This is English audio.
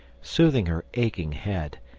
soothing her aching head,